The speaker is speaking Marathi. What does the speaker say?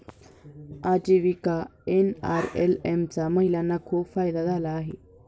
आजीविका एन.आर.एल.एम चा महिलांना खूप फायदा झाला आहे